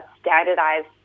standardized